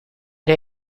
der